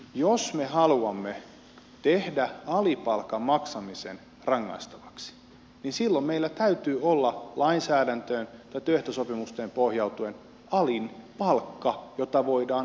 jos me haluamme tehdä alipalkan maksamisen rangaistavaksi niin silloin meillä täytyy olla lainsäädäntöön tai työehtosopimuksiin pohjautuen alin palkka jota voidaan arvioida